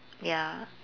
ya